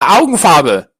augenfarbe